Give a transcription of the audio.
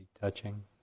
touching